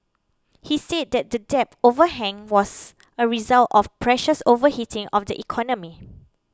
he said that the debt overhang was a result of previous overheating of the economy